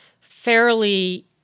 fairly